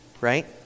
right